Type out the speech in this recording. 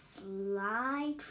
slide